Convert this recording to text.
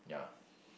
yeah